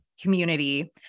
community